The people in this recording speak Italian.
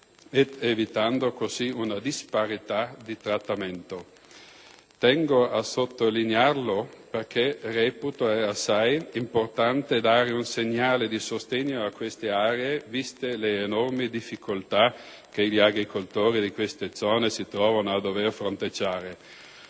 ed evitando una disparità di trattamento. Tengo a sottolinearlo perché reputo assai importante dare un segnale di sostegno a queste aree, viste le enormi difficoltà che gli agricoltori di queste zone si trovano a dover fronteggiare.